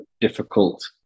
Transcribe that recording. difficult